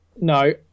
No